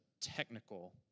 technical